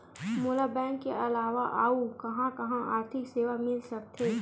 मोला बैंक के अलावा आऊ कहां कहा आर्थिक सेवा मिल सकथे?